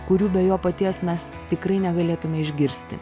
kurių be jo paties mes tikrai negalėtume išgirsti